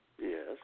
Yes